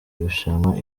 irushanwa